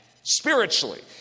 spiritually